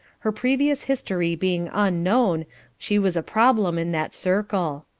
her previous history being unknown she was a problem in that circle.